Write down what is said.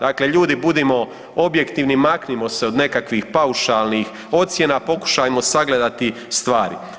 Dakle, ljudi budimo objektivni, maknimo se od nekakvih paušalnih ocjena, pokušajmo sagledati stvari.